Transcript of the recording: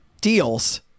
deals